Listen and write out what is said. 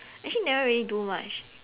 actually never really do much